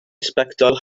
sbectol